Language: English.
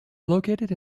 located